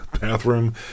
bathroom